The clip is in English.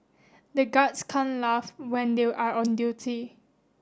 the guards can't laugh when they are on duty